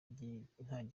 gikozwe